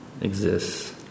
exists